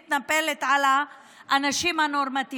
המשטרה מתנפלת על אנשים נורמטיביים.